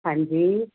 ਹਾਂਜੀ